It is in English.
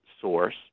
source